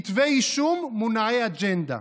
וכתבי אישום מונעי אג'נדה.